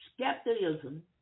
Skepticism